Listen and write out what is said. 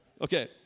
Okay